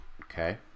okay